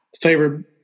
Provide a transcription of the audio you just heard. favorite